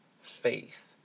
faith